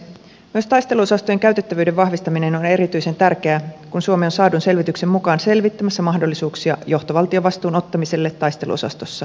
myös taisteluosastojen käytettävyyden vahvistaminen on erityisen tärkeää kun suomi on saadun selvityksen mukaan selvittämässä mahdollisuuksia johtovaltiovastuun ottamiseen taisteluosastossa vuosikymmenen lopulla